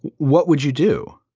what would you do?